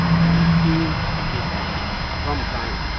and two bishops from china,